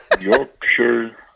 Yorkshire